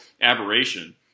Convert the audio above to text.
aberration